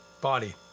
body